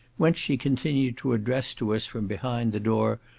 whence she continued to address to us from behind the door,